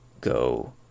go